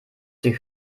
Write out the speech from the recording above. sie